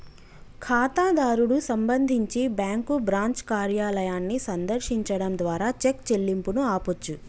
ఖాతాదారుడు సంబంధించి bank branch కార్యాలయాన్ని సందర్శించడం ద్వారా చెక్ చెల్లింపును ఆపొచ్చు